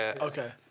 Okay